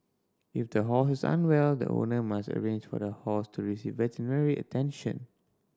if the horse is unwell the owner must arrange for the horse to receive veterinary attention